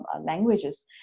languages